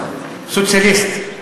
סוציאליסט.